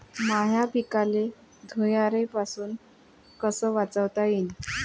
माह्या पिकाले धुयारीपासुन कस वाचवता येईन?